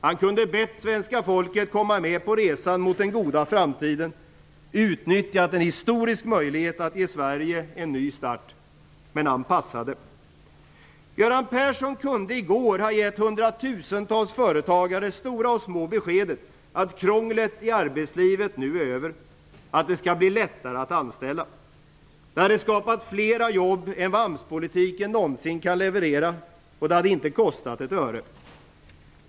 Han kunde ha bett svenska folket komma med på resan mot den goda framtiden och utnyttjat en historisk möjlighet att ge Sverige en ny start. Men han passade. Göran Persson kunde i går ha gett hundratusentals företagare, stora och små, beskedet att krånglet i arbetslivet nu är över och att det skall bli lättare att anställa. Det hade skapat fler jobb än vad AMS politiken någonsin kan leverera, och det hade inte kostat ett öre.